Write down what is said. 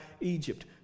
Egypt